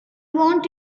want